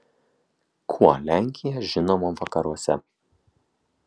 kuo lenkija žinoma vakaruose